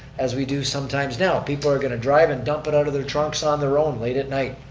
as we do sometimes now. people are going to drive and dump it out of their trunks on their own late at night.